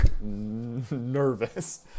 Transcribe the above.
nervous